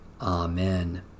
Amen